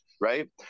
Right